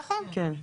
נכון.